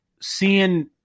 seeing